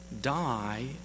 die